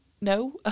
no